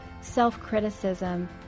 self-criticism